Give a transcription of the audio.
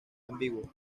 ambiguo